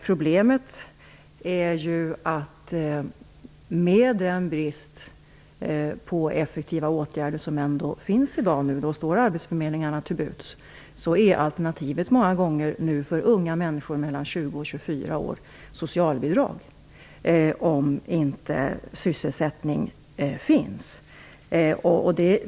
Problemet är dock att med den brist på effektiva åtgärder som ändå finns i dag och som står arbetsförmedlingarna till buds, är alternativet för unga människor mellan 20 och 24 år många gånger socialbidrag, om inte sysselsättning finns.